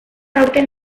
aurten